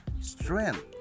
strength